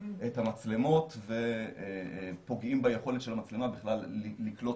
זה מגידול וקיום של סטים מאוד גדולים לאימון של הטכנולוגיה הזאת ולכן,